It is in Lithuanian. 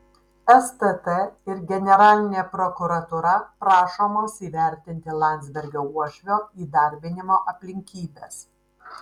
stt ir generalinė prokuratūra prašomos įvertinti landsbergio uošvio įdarbinimo aplinkybes